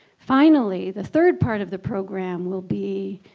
finally, the third part of the program will be